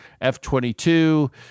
F-22